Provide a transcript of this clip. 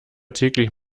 täglich